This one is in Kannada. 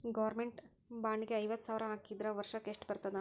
ಗೊರ್ಮೆನ್ಟ್ ಬಾಂಡ್ ಗೆ ಐವತ್ತ ಸಾವ್ರ್ ಹಾಕಿದ್ರ ವರ್ಷಕ್ಕೆಷ್ಟ್ ಬರ್ತದ?